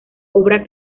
obra